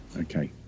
Okay